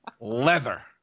leather